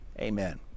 Amen